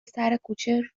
سرکوچه